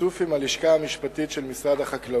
בשיתוף עם הלשכה המשפטית של משרד החקלאות